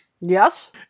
Yes